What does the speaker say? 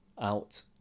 out